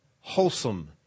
wholesome